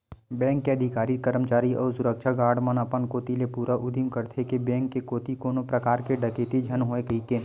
bank के अधिकारी, करमचारी अउ सुरक्छा गार्ड मन अपन कोती ले पूरा उदिम करथे के बेंक कोती कोनो परकार के डकेती झन होवय कहिके